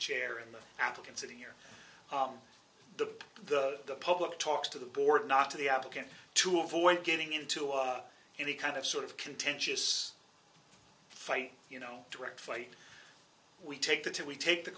chair of the african sitting here the the the public talk to the board not to the applicant to avoid getting into any kind of sort of contentious fight you know direct fight we take the two we take the